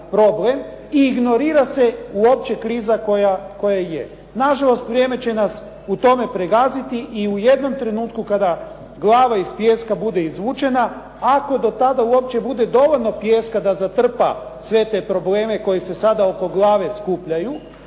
i ignorira se u opće kriza koja je. Nažalost, vrijeme će nas u tome pregaziti i u jednom trenutku kada glava iz pijeska bude izvučena ako do tada uopće bude dovoljno pijeska da zatrpa sve te probleme koji se sada oko glave skupljaju